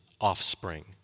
offspring